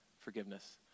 forgiveness